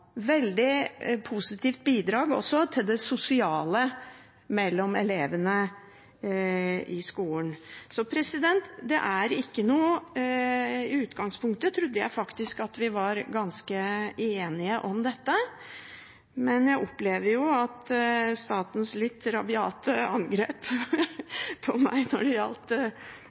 veldig positivt bidrag til det sosiale mellom elevene i skolen. I utgangspunktet trodde jeg faktisk at vi var ganske enige om dette, men med statsrådens litt rabiate angrep på meg når det gjaldt